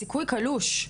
סיכוי קלוש,